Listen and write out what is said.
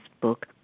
book